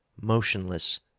motionless